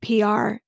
PR